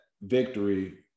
victory